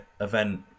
event